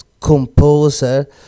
composer